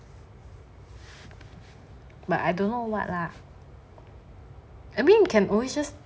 but I don't know what lah I mean can always just